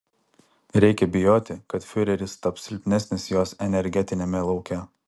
reikia bijoti kad fiureris taps silpnesnis jos energetiniame lauke